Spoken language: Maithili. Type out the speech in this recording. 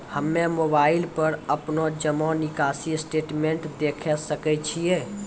हम्मय मोबाइल पर अपनो जमा निकासी स्टेटमेंट देखय सकय छियै?